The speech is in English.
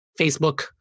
Facebook